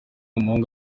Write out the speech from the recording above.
umuhungu